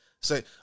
say